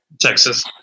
Texas